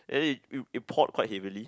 eh it it poured quite heavily